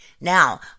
Now